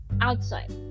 outside